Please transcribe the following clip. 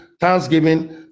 Thanksgiving